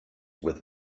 with